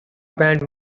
band